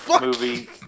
movie